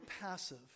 passive